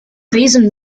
basin